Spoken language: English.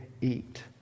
eat